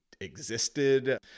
existed